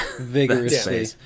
vigorously